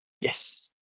Yes